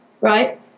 right